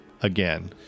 again